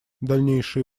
дальнейшие